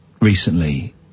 recently